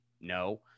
No